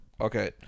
Okay